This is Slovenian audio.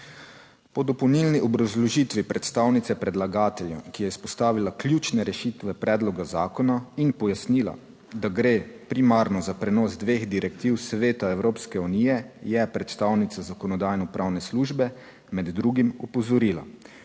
Po dopolnilni obrazložitvi predstavnice predlagatelja, ki je izpostavila **31. TRAK: (TB) - 14.30** (nadaljevanje) ključne rešitve predloga zakona in pojasnila, da gre primarno za prenos dveh direktiv Sveta Evropske unije, je predstavnica Zakonodajno-pravne službe med drugim opozorila,